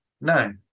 No